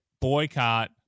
boycott